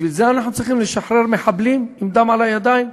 בשביל זה אנחנו צריכים לשחרר מחבלים עם דם על הידיים?